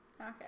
okay